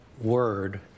word